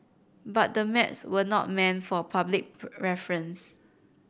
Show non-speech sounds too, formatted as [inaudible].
but the maps were not meant for public [unintelligible] reference